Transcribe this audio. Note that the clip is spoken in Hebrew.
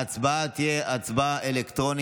ההצבעה תהיה אלקטרונית.